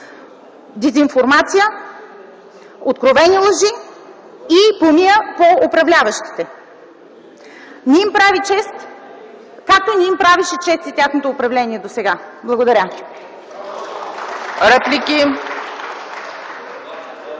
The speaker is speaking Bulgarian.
дезинформация, откровени лъжи и помия по управляващите. Не им прави чест, както не им правеше чест и тяхното управление досега. Благодаря. (Ръкопляскания